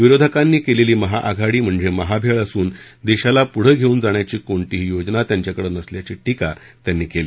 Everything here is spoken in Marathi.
विरोधकांनी केलेली महाआघाडी म्हणजे महाभेळ असून देशाला पुढे घेऊन जाण्याची कोणतीही योजना त्यांच्याकडे नसल्याची टीका प्रधानमंत्र्यांनी केली